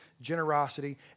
generosity